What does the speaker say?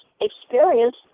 experience